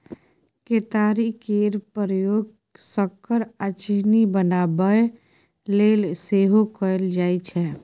केतारी केर प्रयोग सक्कर आ चीनी बनाबय लेल सेहो कएल जाइ छै